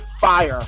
fire